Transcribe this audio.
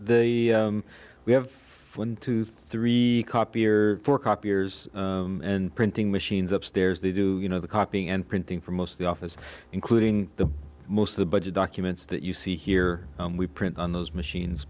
they we have one two three copier four copiers and printing machines upstairs they do you know the copying and printing for most of the office including the most of the budget documents that you see here we print on those machines